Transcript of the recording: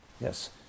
yes